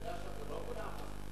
לא כולם.